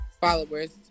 followers